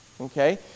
okay